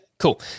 Cool